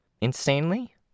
insanely